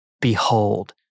Behold